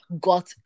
got